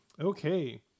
Okay